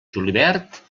julivert